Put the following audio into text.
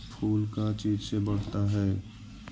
फूल का चीज से बढ़ता है?